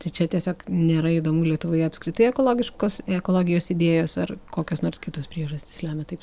tai čia tiesiog nėra įdomu lietuvoje apskritai ekologiškos ekologijos idėjos ar kokios nors kitos priežastys lemia taip